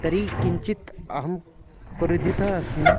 तर्हि किञ्चित् अहं क्रुद्धा अस्मि